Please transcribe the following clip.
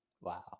Wow